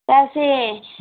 पैसे